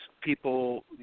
people